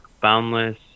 Boundless